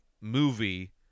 movie